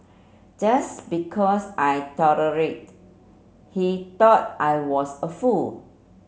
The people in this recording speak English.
just because I tolerate he thought I was a fool